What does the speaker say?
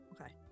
Okay